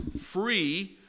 free